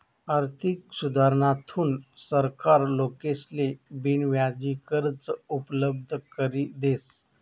आर्थिक सुधारणाथून सरकार लोकेसले बिनव्याजी कर्ज उपलब्ध करी देस